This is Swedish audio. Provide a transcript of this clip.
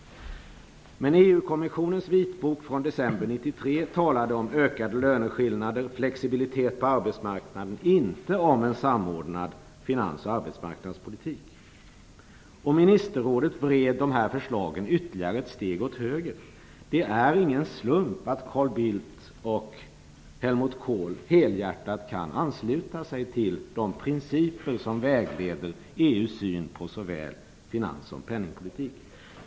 1993 talades det om ökade löneskillnader och flexibilitet på arbetsmarknaden, inte om en samordnad finans och arbetsmarknadspolitik. Ministerrådet vred förslagen ytterligare ett steg åt höger. Det är ingen slump att Carl Bildt och Helmut Kohl helhjärtat kan ansluta sig till de principer som vägleder EU:s syn på såväl finans som penningpolitik.